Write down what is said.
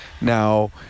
Now